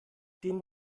den